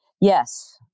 Yes